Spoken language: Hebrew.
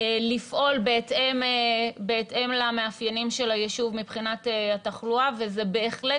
לפעול בהתאם למאפיינים של היישוב מבחינת התחלואה וזה בהחלט